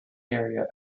area